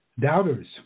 Doubters